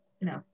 No